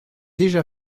déjà